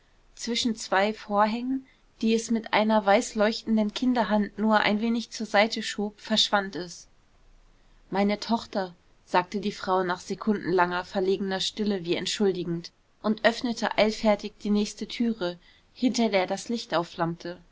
zwischen zwei vorhängen die es mit einer weißleuchtenden kinderhand nur ein wenig zur seite schob verschwand es meine tochter sagte die frau nach sekundenlanger verlegener stille wie entschuldigend und öffnete eilfertig die nächste türe hinter der das licht